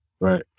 Right